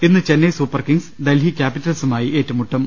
ഇന്ന് Chennai Super Kings Delhi ക്യാപിറ്റൽസുമായി ഏറ്റുമുട്ടും